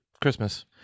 christmas